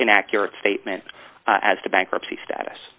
inaccurate statement as to bankruptcy status